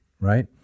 right